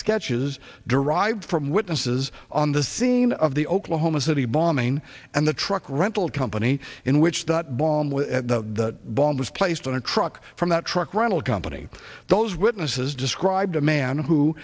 sketches derived from witnesses on the scene of the oklahoma city bombing and the truck rental company in which bomb was the bomb was placed on a truck from that truck rental company those witnesses described a man who